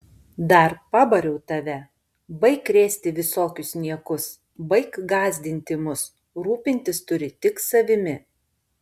dar pabariau tave baik krėsti visokius niekus baik gąsdinti mus rūpintis turi tik savimi